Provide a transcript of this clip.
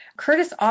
Curtis